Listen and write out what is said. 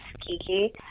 Kiki